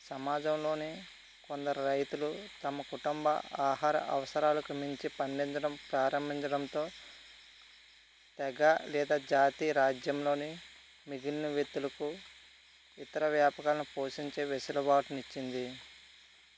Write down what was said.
సమాజంలోని కొందరు రైతులు తమ కుటుంబ ఆహార అవసరాలకు మించి పండించడం ప్రారంభించడంతో తెగ లేదా జాతి రాజ్యంలోని మిగిలిన వ్యక్తులకు ఇతర వ్యాపకాలను పోషించే వెసులుబాటును ఇచ్చింది